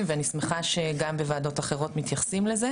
ומתייחסים אליהם גם בוועדת אחרות.